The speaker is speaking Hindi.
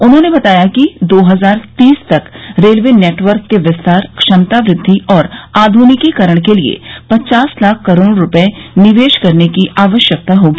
उन्होंने बताया कि दो हजार तीस तक रेलवे नेटवर्क के विस्तार क्षमता वृद्वि और आधनिकीकरण के लिए पचास लाख करोड रुपये निवेश करने की आवश्यकता होगी